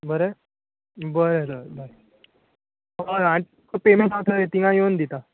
बरें बरें तर बाय हय पेमँट हांव थंय तिंगा येवन दिता